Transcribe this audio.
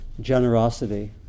generosity